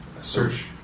search